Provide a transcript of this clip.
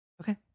Okay